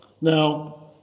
Now